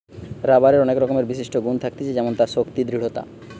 রাবারের অনেক রকমের বিশিষ্ট গুন থাকতিছে যেমন তার শক্তি, দৃঢ়তা